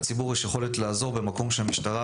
לציבור יש יכולת לעזור במקום שהמשטרה